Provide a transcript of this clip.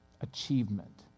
achievement